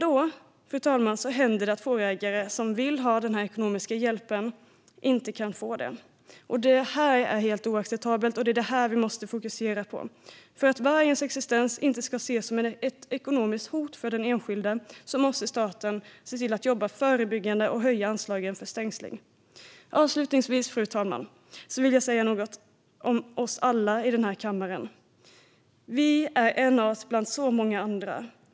Fru talman! Ändå händer det att fårägare som vill ha denna ekonomiska hjälp inte kan få den. Det är helt oacceptabelt, och det är detta vi måste fokusera på. För att vargens existens inte ska ses som ett ekonomiskt hot för den enskilde måste staten se till att jobba förebyggande och höja anslagen för stängsling. Avslutningsvis, fru talman, vill jag säga något om oss alla i den här kammaren. Vi är en art bland många andra.